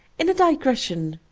in a digression,